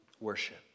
Worship